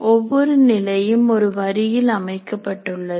ஒவ்வொரு நிலையும் ஒரு வரியில் அமைக்கப்பட்டுள்ளது